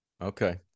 Okay